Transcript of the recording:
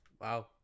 Wow